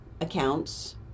accounts